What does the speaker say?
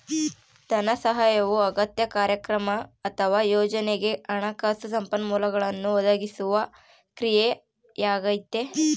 ಧನಸಹಾಯವು ಅಗತ್ಯ ಕಾರ್ಯಕ್ರಮ ಅಥವಾ ಯೋಜನೆಗೆ ಹಣಕಾಸು ಸಂಪನ್ಮೂಲಗಳನ್ನು ಒದಗಿಸುವ ಕ್ರಿಯೆಯಾಗೈತೆ